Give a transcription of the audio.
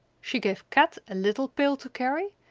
she gave kat a little pail to carry,